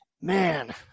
man